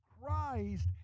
Christ